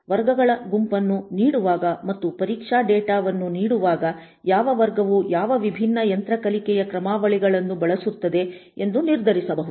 ವರ್ಗಗಳ ಗುಂಪನ್ನು ನೀಡಿರುವಾಗ ಮತ್ತು ಪರೀಕ್ಷಾ ಡೇಟಾ ವನ್ನು ನೀಡಿರುವಾಗ ಯಾವ ವರ್ಗವು ಯಾವ ವಿಭಿನ್ನ ಯಂತ್ರ ಕಲಿಕೆ ಕ್ರಮಾವಳಿಗಳನ್ನು ಬಳಸುತ್ತದೆ ಎಂದು ನಿರ್ಧರಿಸಬಹುದು